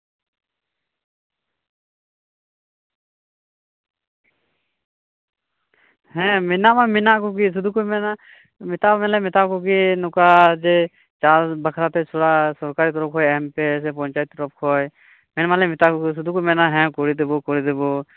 ᱦᱮᱸ ᱢᱮᱱᱟᱜ ᱢᱟ ᱢᱮᱱᱟᱜ ᱠᱚᱜᱮ ᱥᱩᱫᱩ ᱠᱚ ᱢᱮᱱᱟ ᱢᱮᱛᱟ ᱢᱟᱞᱮ ᱢᱮᱛᱟ ᱠᱚᱜᱮ ᱱᱚᱝᱠᱟ ᱪᱟᱥ ᱵᱟᱠᱷᱨᱟ ᱛᱮ ᱛᱷᱚᱲᱟ ᱥᱤᱨᱠᱟᱨᱤ ᱛᱚᱨᱚᱯᱷ ᱠᱷᱚᱡ ᱮᱢ ᱯᱮ ᱥᱮ ᱯᱚᱧᱪᱟᱭᱮᱛ ᱛᱚᱨᱚᱯᱷ ᱠᱷᱚᱡ ᱢᱮᱱ ᱢᱟᱞᱮ ᱢᱮᱛᱟ ᱠᱚ ᱥᱩᱫᱩ ᱠᱚ ᱢᱮᱱᱟ ᱦᱮᱸ ᱠᱚᱨᱮ ᱫᱤᱵᱚ ᱠᱚᱨᱮ ᱫᱤᱵᱚ